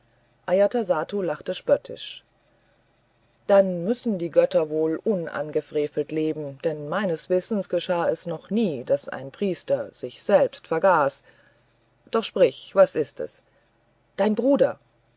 ajatasattu lachte spöttisch dann müssen wohl die götter unangefrevelt leben denn meines wissens geschah es noch nie daß ein priester sich selbst vergaß doch sprich was ist es dein bruder